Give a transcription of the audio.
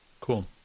Cool